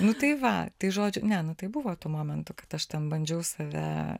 nu tai va tai žodžiu ne nu tai buvo tų momentų kad aš ten bandžiau save